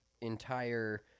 entire